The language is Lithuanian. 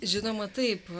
žinoma taip